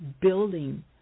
building